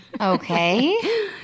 Okay